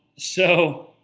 so.